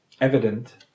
evident